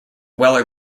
weller